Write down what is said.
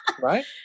Right